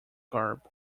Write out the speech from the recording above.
garb